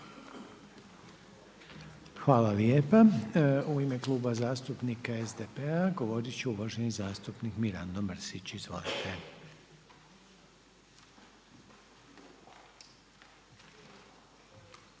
Hvala lijepa. U ime Kluba zastupnika SDP-a govorit će uvaženi zastupnik Mirando Mrsić. Izvolite.